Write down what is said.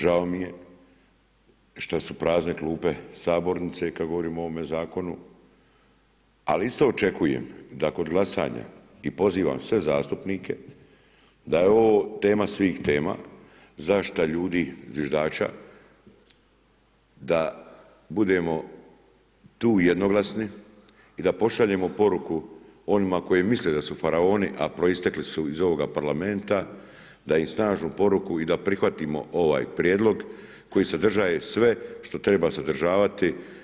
Žao mi je šta su prazne klupe sabornice kad govorimo o ovome zakonu, ali isto očekujem da kod glasanja i pozivam sve zastupnike da je ovo tema svih tema, zaštita ljudi zviždača, da budemo tu jednoglasni i da pošaljemo poruku onima koji misle da su faraoni a proistekli su iz ovoga Parlamenta, da im snažnu poruku i da prihvatimo ovaj prijedlog koji sadržaje sve što treba sadržavati.